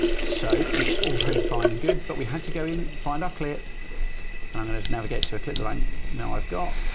so, which is all very fine and good, but we had to go in find our clip and i'm going to navigate to a clip that i know i've got.